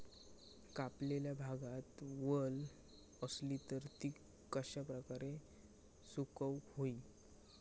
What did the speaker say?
कापलेल्या भातात वल आसली तर ती कश्या प्रकारे सुकौक होई?